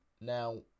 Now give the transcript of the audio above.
Now